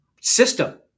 system